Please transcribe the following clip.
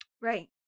Right